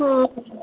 हँ